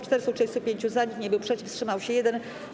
435 - za, nikt nie był przeciw, wstrzymał się 1.